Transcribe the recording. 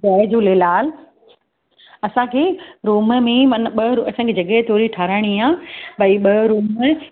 जय झूलेलाल असांखे रूम में माना ॿ असांखे जॻाए थोरी ठाराइणी आहे भई ॿ रूम